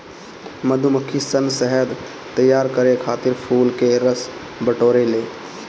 मधुमक्खी सन शहद तैयार करे खातिर फूल के रस बटोरे ले